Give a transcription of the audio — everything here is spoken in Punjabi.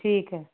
ਠੀਕ ਹੈ